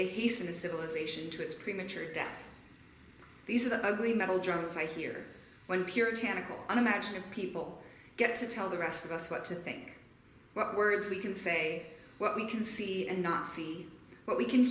he sent a civilization to its premature death these are the ugly metal journals i hear when puritanical unimaginable people get to tell the rest of us what to think what words we can say what we can see and not see what we can